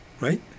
Right